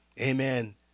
Amen